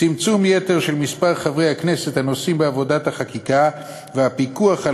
צמצום יתר של מספר חברי הכנסת הנושאים בעבודת החקיקה והפיקוח על